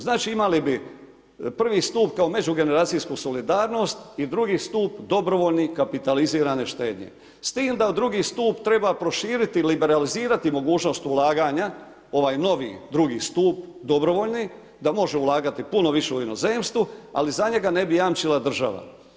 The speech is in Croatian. Znači imali bi I. stup kao međugeneracijsku solidarnost i II. stup dobrovoljni kapitalizirane štednje, s tim da u II. stup treba proširiti, liberalizirati mogućnost ulaganja, ovaj novi II. stup dobrovoljni da može ulagati puno više u inozemstvu ali za njega ne bi jamčila država.